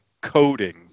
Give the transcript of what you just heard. coding